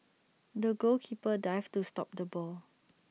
the goalkeeper dived to stop the ball